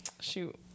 shoot